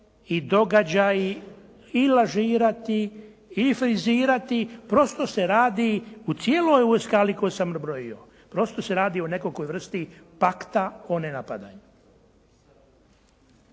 i događaji i lažirati i frizirati. Prosto se radi o cijeloj ovoj skali koju sam nabrojio. Prosto se radi o nekakvoj vrsti pakta o nenapadanju.